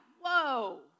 Whoa